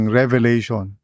revelation